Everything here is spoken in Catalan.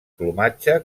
plomatge